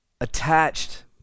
attached